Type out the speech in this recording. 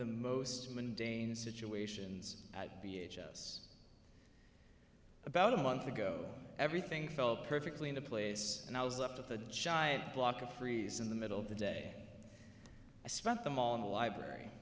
the most mundane situations at p h s about a month ago everything fell perfectly into place and i was left at the giant block of freeze in the middle of the day i spent them all in the library